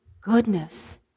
goodness